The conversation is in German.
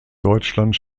deutschland